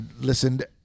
listened